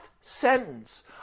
sentence